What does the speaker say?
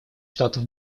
штатов